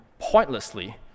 pointlessly